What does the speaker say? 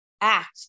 act